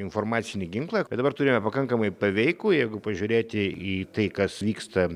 informacinį ginklą tai dabar turime pakankamai paveikų jeigu pažiūrėti į tai kas vyksta